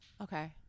Okay